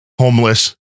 homeless